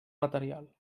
material